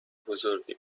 بزرگی